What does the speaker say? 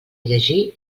llegir